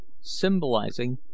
symbolizing